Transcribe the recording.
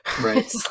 Right